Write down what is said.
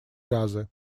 газы